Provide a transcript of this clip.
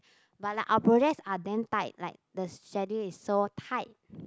but like our projects are damn tight like the schedule is so tight